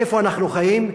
איפה אנחנו חיים,